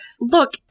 Look